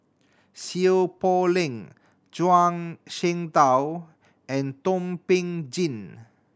Seow Poh Leng Zhuang Shengtao and Thum Ping Tjin